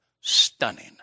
stunning